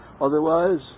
otherwise